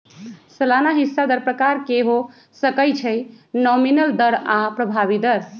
सलाना हिस्सा दर प्रकार के हो सकइ छइ नॉमिनल दर आऽ प्रभावी दर